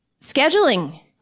scheduling